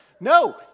No